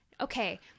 okay